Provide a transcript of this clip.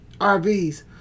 RVs